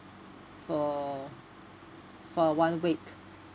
for for one week